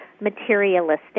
materialistic